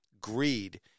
Greed